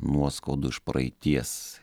nuoskaudų iš praeities